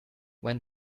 when